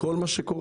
כל מה שקורה.